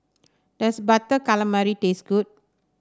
does Butter Calamari taste good